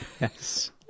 Yes